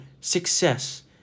success